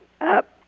up